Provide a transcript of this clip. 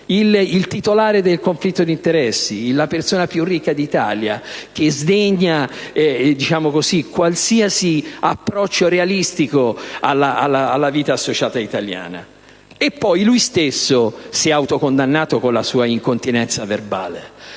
il titolare del conflitto d'interessi, la persona più ricca d'Italia che sdegna qualsiasi approccio realistico alla vita associata italiana. E poi lui stesso si è auto-condannato con la sua incontinenza verbale,